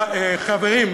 חברים,